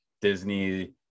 Disney